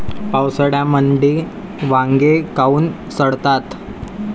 पावसाळ्यामंदी वांगे काऊन सडतात?